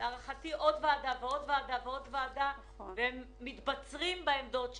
עוד ועדה ועוד ועדה והם רק מתבצרים בעמדות שלהם.